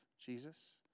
Jesus